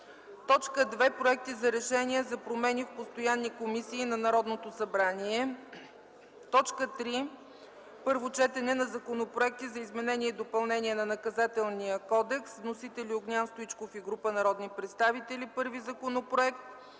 Велчев. 2. Проекти за решения за промени в постоянни комисии на Народното събрание. 3. Първо четене на законопроекти за изменение и допълнение на Наказателния кодекс. Вносители: Огнян Стоичков и група народни представители – първи законопроект;